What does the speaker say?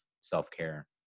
self-care